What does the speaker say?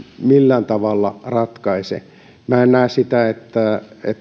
millään tavalla ratkaise minä en näe sitä että